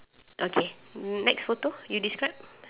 okay next photo you describe